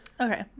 Okay